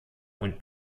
und